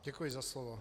Děkuji za slovo.